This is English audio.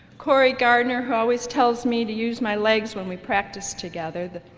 cory gardner who always tells me to use my legs when we practice together the,